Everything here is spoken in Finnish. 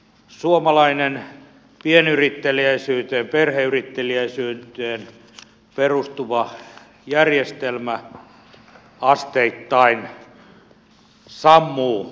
suomalainen pienyritteliäisyyteen perheyritteliäisyyteen perustuva järjestelmä asteittain sammuu maastamme